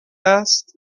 است